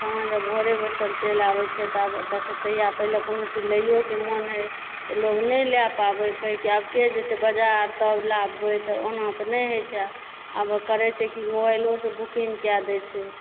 खाना जब घरे बैसल चलि आबए छै तऽ आब तख तहिआ पहिले लोक कोनो चीज लइयोके मन होइ तऽ लोग नहि लए पाबै काहैकि आब केँ जेतए बजार तब लाबबै तऽ ओना तऽ नहि होइत छै आब आब करैत छै कि मोबाइलोसँ बुकिङ्ग कए दए छै